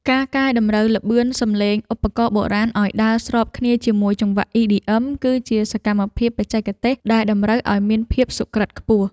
ការកែតម្រូវល្បឿនសំឡេងឧបករណ៍បុរាណឱ្យដើរស្របគ្នាជាមួយចង្វាក់ EDM គឺជាសកម្មភាពបច្ចេកទេសដែលតម្រូវឱ្យមានភាពសុក្រឹតខ្ពស់។